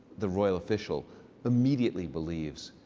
the royal official immediately believes.